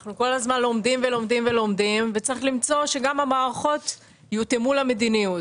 אנחנו כל הזמן לומדים ולומדים וצריך לראות שגם המערכות יותאמו למדיניות.